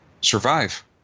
survive